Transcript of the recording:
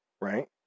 right